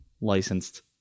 licensed